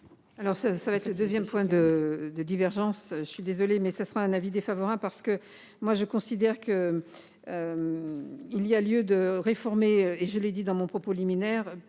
Alors ça, ça va être le 2ème point de divergence, je suis désolée mais ce sera un avis défavorable, parce que moi je considère que. Il y a lieu de réformer et je l'ai dit dans mon propos liminaire